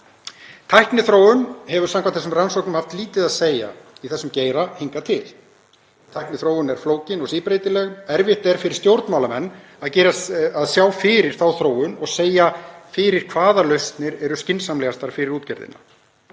Tækniþróun hefur samkvæmt þessum rannsóknum haft lítið að segja í þessum geira hingað til. Tækniþróun er flókin og síbreytileg. Erfitt er fyrir stjórnmálamenn að sjá fyrir þá þróun og segja fyrir hvaða lausnir eru skynsamlegastar fyrir útgerðina.